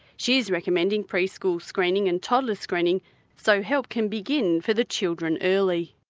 she's recommending pre-school screening and toddler screening so help can begin for the children early.